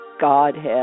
Godhead